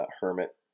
hermit